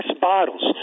bottles